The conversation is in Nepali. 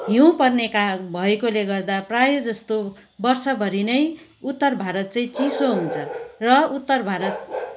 हिउँ पर्ने का भएकोले गर्दा प्रायजस्तो वर्षभरि नै उत्तर भारत चाहिँ चिसो हुन्छ र उत्तर भारत